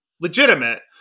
legitimate